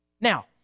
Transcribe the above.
Now